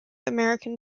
american